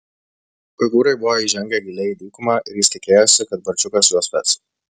uigūrai buvo įžengę giliai į dykumą ir jis tikėjosi kad barčiukas juos ves